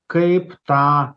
kaip tą